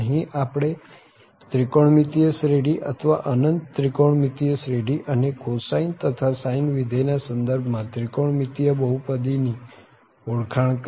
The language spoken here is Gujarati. અહીં આપણે ત્રિકોણમિતિય શ્રેઢી અથવા અનંત ત્રિકોણમિતિય શ્રેઢી અને cosine તથા sine વિધેય ના સંદર્ભ માં ત્રિકોણમિતિય બહુપદી ની ઓળખાણ કરી